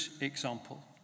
example